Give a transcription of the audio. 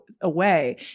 away